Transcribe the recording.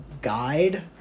guide